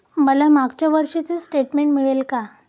मला मागच्या वर्षीचे स्टेटमेंट मिळेल का?